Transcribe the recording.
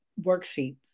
worksheets